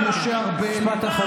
משה ארבל,